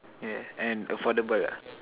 yeah and affordable ah